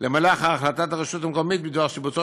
למלא אחר החלטת הרשות המקומית בדבר שיבוצו